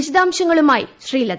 വിശദാംശങ്ങളുമായി ശ്രീലത